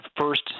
first